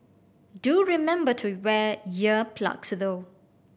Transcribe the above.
do remember to wear ear plugs though